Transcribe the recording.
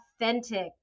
authentic